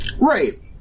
Right